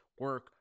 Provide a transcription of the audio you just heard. Work